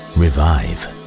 revive